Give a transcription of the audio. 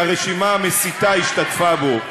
שהרשימה המסיתה השתתפה בו.